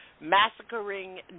Massacring